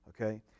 okay